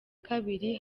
kabiri